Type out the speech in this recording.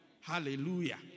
Hallelujah